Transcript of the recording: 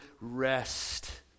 rest